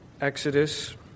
Exodus